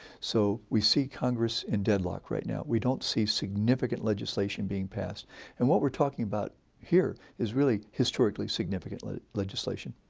so we see congress in deadlock right now we don't see significant legislation being passed and what we are talking about here is historically significantly legislation.